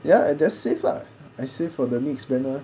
ya I just save lah I save for the next banner